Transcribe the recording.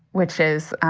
which is.